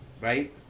right